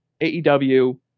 AEW